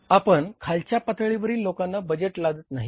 आपण खालच्या पातळीवरील लोकांवर बजेट लादत नाहीत